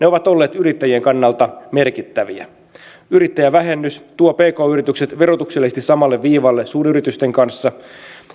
ovat olleet yrittäjien kannalta merkittäviä yrittäjävähennys tuo pk yritykset verotuksellisesti samalle viivalle suuryritysten kanssa